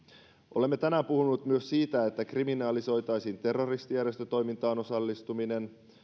olemme tänään puhuneet myös siitä että kriminalisoitaisiin terroristijärjestötoimintaan osallistuminen